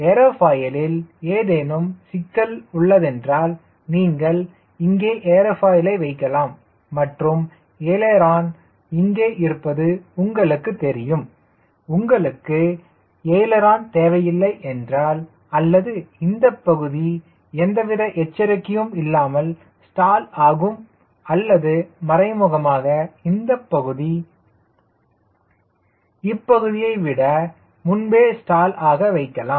ஏரோஃபாயிலில் ஏதேனும் சிக்கல் உள்ளது என்றால் நீங்கள் இங்கே ஏரோஃபாயிலை வைக்கலாம் மற்றும் எய்லரான் இங்கே இருப்பது உங்களுக்கு தெரியும் உங்களுக்கு எய்லரான் தேவையில்லை என்றால் அல்லது இந்த பகுதி எந்தவித எச்சரிக்கையும் இல்லாமல் ஸ்டால் ஆகும் அல்லது மறைமுகமாக இந்தப் பகுதி இப்பகுதியை விட முன்பே ஸ்டால் ஆக வைக்கலாம்